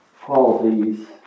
qualities